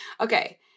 okay